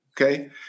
Okay